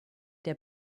der